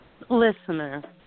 listener